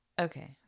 Okay